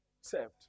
saved